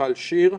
מיכל שיר.